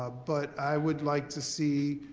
ah but i would like to see,